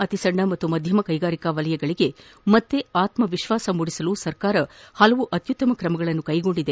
ಅತಿಸಣ್ಣ ಹಾಗೂ ಮಧ್ಯಮ ಕ್ಕೆಗಾರಿಕಾ ವಲಯಕ್ಕೆ ಮತ್ತೆ ಆತ್ಪವಿಶ್ವಾಸ ಮೂಡಿಸಲು ಸರ್ಕಾರ ಪಲವು ಅತ್ಲುತ್ತಮ ಕ್ರಮಗಳನ್ನು ಕ್ಲೆಗೊಂಡಿದೆ